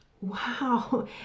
Wow